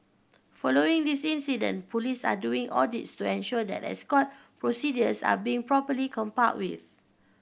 following the this incident police are doing audits to ensure that escort procedures are being properly complied with